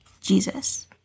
Jesus